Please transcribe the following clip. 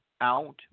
out